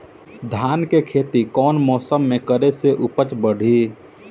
धान के खेती कौन मौसम में करे से उपज बढ़ी?